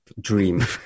dream